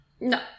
No